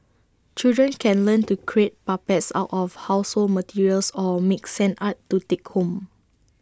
children can learn to create puppets out of household materials or make sand art to take home